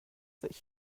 that